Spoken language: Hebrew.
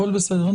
הכול בסדר.